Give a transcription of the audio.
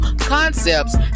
concepts